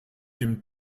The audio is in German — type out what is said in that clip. dem